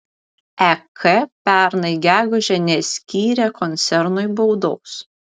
ek pernai gegužę neskyrė koncernui baudos